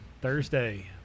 Thursday